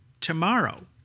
tomorrow